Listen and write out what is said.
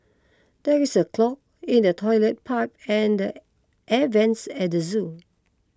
there is a clog in the Toilet Pipe and Air Vents at the zoo